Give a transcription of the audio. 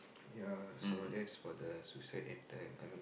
ya so that is for the suicide in time I mean